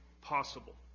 possible